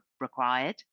required